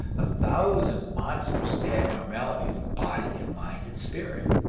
a thousand monstrous abnormalities of body and mind and spirit.